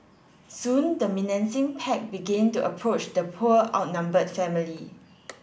soon the menacing pack began to approach the poor outnumbered family